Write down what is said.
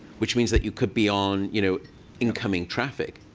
which means that you could be on you know incoming traffic.